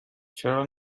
چرا